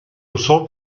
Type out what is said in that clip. usó